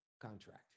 contract